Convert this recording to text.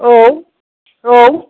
औ औ